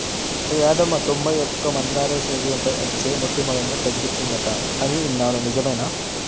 ఓ యాదమ్మ తొంబై ఒక్క మందార శరీరంపై అచ్చే మోటుములను తగ్గిస్తుందంట అని ఇన్నాను నిజమేనా